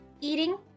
Eating